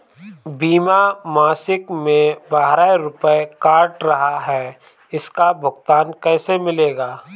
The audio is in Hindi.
बीमा मासिक में बारह रुपय काट रहा है इसका भुगतान कैसे मिलेगा?